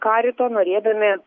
karito norėdami